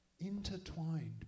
Intertwined